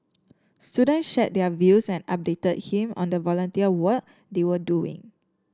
students shared their views and updated him on the volunteer work they were doing